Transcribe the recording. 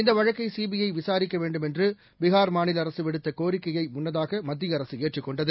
இந்தவழக்கைசிபிஐவிசாரிக்கவேண்டுமென்றுபீகார் மாநிலஅரசுவிடுத்தகோரிக்கையைமுன்னதாகமத்தியஅரசுஏற்றுக் கொண்டது